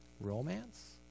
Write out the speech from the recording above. romance